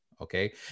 okay